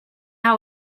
hour